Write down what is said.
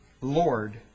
Lord